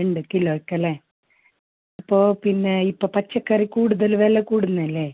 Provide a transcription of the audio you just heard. ഉണ്ട് കിലോയ്ക്കല്ലേ അപ്പോൾ പിന്നെ ഇപ്പം പച്ചകറി കൂടുതൽ വില കൂടുന്നില്ലേ